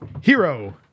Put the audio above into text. Hero